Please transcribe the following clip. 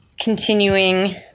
continuing